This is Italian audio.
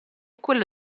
quello